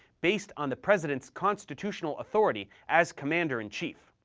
based on the president's constitutional authority as commander-in-chief.